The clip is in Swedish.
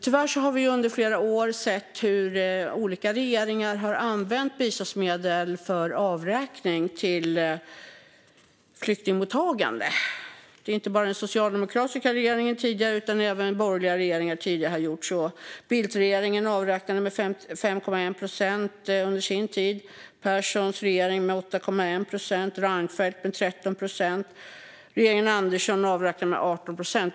Tyvärr har vi under flera år sett hur olika regeringar har använt biståndsmedel för avräkning till flyktingmottagande. Det gäller inte bara den tidigare socialdemokratiska regeringen. Även tidigare borgerliga regeringar har gjort så. Bildtregeringen avräknade med 5,1 procent under sin tid. Perssons regering avräknade med 8,1 procent, och Reinfeldts med 13 procent. Regeringen Andersson avräknade med 18 procent.